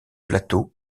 plateau